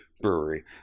brewery